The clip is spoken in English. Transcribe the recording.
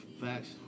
facts